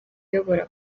uyobora